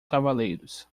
cavaleiros